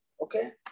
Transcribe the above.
Okay